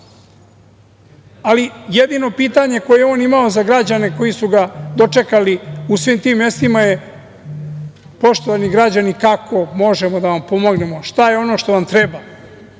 ali jedino pitanje koje je on imao za građane koji su ga dočekali u svim tim mestima je – poštovani građani, kako možemo da vam pomognemo, šta je ono što vam treba?